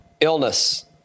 illness